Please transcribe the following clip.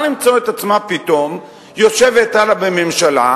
למצוא את עצמה פתאום יושבת הלאה בממשלה,